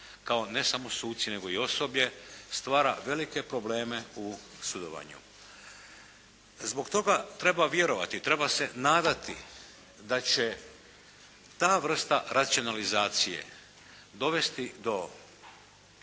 kao ne samo suci nego i osoblje stvara velike probleme u sudovanju. Zbog toga, treba vjerovati, treba se nadati da će ta vrsta racionalizacije dovesti do